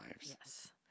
Yes